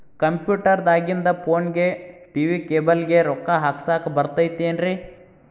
Computer ದಾಗಿಂದ್ ಫೋನ್ಗೆ, TV cable ಗೆ, ರೊಕ್ಕಾ ಹಾಕಸಾಕ್ ಬರತೈತೇನ್ರೇ?